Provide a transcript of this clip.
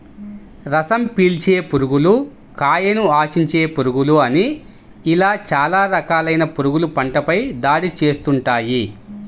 రసం పీల్చే పురుగులు, కాయను ఆశించే పురుగులు అని ఇలా చాలా రకాలైన పురుగులు పంటపై దాడి చేస్తుంటాయి